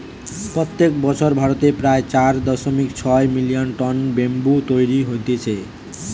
প্রত্যেক বছর ভারতে প্রায় চার দশমিক ছয় মিলিয়ন টন ব্যাম্বু তৈরী হতিছে